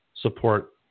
support